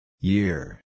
Year